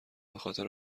بخاطر